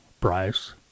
price